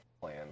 plan